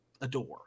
adore